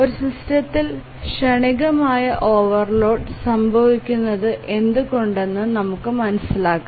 ഒരു സിസ്റ്റത്തിൽ ക്ഷണികമായ ഓവർലോഡ് സംഭവിക്കുന്നത് എന്തുകൊണ്ടാണെന്ന് നമുക്ക് മനസിലാക്കാം